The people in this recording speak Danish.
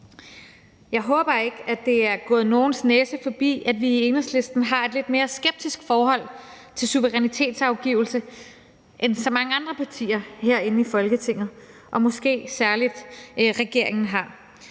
Jeg håber ikke, at det er gået nogens næse forbi, at vi i Enhedslisten har et lidt mere skeptisk forhold til suverænitetsafgivelse, end så mange andre partier herinde i Folketinget har og måske særlig regeringen har,